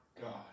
God